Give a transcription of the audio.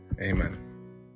Amen